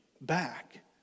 back